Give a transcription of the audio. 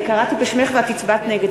אני קראתי בשמך ואת הצבעת נגד.